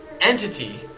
entity